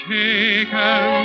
taken